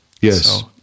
Yes